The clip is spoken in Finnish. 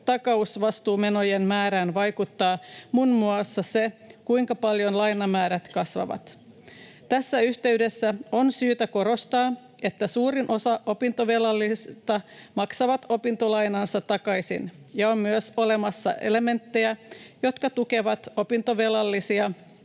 takausvastuumenojen määrään vaikuttaa muun muassa se, kuinka paljon lainamäärät kasvavat. Tässä yhteydessä on syytä korostaa, että suurin osa opintovelallisista maksaa opintolainansa takaisin ja on myös olemassa elementtejä, jotka tukevat opintovelallisia